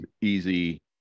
easy